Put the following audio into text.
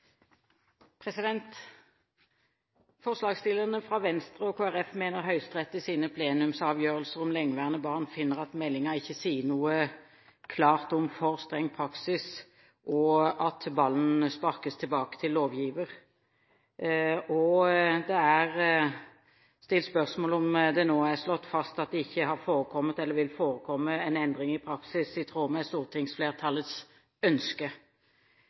mener Høyesterett i sine plenumsavgjørelser om lengeværende barn finner at meldingen ikke sier noe klart om for streng praksis, og at ballen sparkes tilbake til lovgiver, og det er stilt spørsmål om det nå er slått fast at «det ikke har forekommet eller vil forekomme en endring i praksis i tråd med stortingsflertallets ønske».